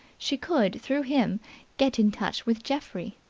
she could through him get in touch with geoffrey.